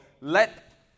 let